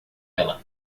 ela